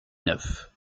neuf